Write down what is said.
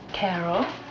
Carol